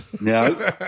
No